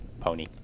pony